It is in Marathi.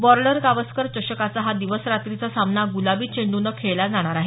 बॉर्डर गावस्कर चषकाचा हा दिवस रात्रीचा सामना ग्रलाबी चेंड्रनं खेळला जाणार आहे